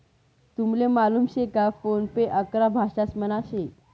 तुमले मालूम शे का फोन पे अकरा भाषांसमा शे